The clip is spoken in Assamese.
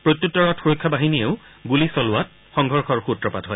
প্ৰত্যুত্তৰত সুৰক্ষা বাহিনীয়েও গুলী চলোৱাত সংঘৰ্ষৰ সূত্ৰপাত হয়